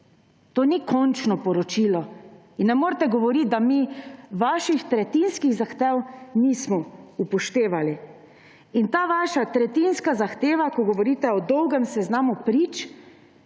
To ni končno poročilo in ne morete govoriti, da mi vaših tretjinskih zahtev nismo upoštevali. In ta vaša tretjinska zahteva, ko govorite o dolgem seznamu prič,